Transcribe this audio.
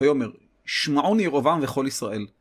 ויאמר שמעוני ירבעם וכל ישראל